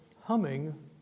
humming